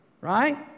right